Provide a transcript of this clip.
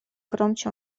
громче